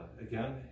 again